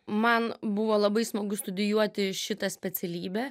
man buvo labai smagu studijuoti šitą specialybę